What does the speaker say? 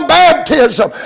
baptism